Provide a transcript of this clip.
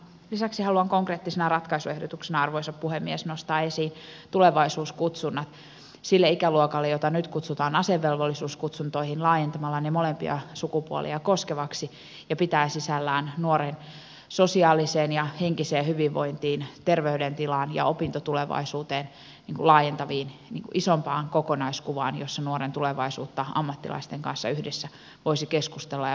lisäksi haluan konkreettisena ratkaisuehdotuksena arvoisa puhemies nostaa esiin tulevaisuuskutsunnat sille ikäluokalle jota nyt kutsutaan asevelvollisuuskutsuntoihin laajentamalla ne molempia sukupuolia koskeviksi kutsunnoiksi jotka pitävät sisällään nuoren sosiaaliseen ja henkiseen hyvinvointiin terveydentilaan ja opintotulevaisuuteen laajentavan isomman kokonaiskuvan jossa nuoren tulevaisuudesta ammattilaisten kanssa yhdessä voisi keskustella ja sitä puntaroida